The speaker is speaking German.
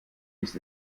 ist